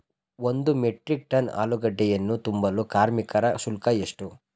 ಒಂದು metric tonne ಆಲೂಗೆಡ್ಡೆಯನ್ನು ತುಂಬಲು ಕಾರ್ಮಿಕರ ಶುಲ್ಕ ಎಷ್ಟು?